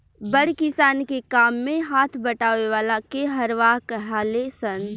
बड़ किसान के काम मे हाथ बटावे वाला के हरवाह कहाले सन